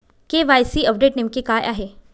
KYC update नेमके काय आहे?